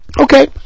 Okay